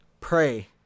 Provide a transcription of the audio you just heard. pray